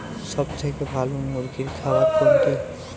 সবথেকে ভালো মুরগির খাবার কোনটি?